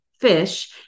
fish